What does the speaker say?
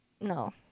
no